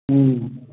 हूँ